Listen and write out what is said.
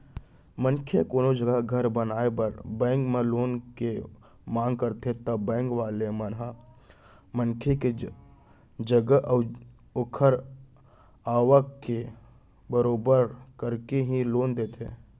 मनसे ह कोनो जघा घर बनाए बर बेंक म लोन के मांग करथे ता बेंक वाले मन ह मनसे के जगा अऊ ओखर आवक के बरोबर करके ही लोन देथे